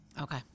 Okay